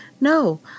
no